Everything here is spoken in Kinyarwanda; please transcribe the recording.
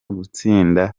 gutsinda